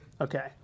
Okay